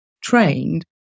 trained